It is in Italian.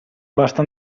basta